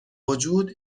وجود